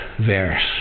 verse